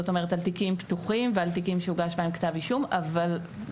תיקים פתוחים ותיקים שהוגש בהם כתב אישום וזו